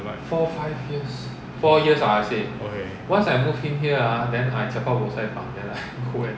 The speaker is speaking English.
like okay